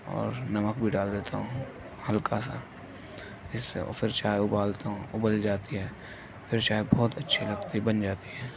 اور نمک بھی ڈال دیتا ہوں ہلکا سا پھر سے پھر چائے اُبالتا ہوں اُبل جاتی ہے پھر چاٮٔے بہت اچھی لگتی بن جاتی ہے